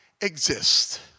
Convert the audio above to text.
exist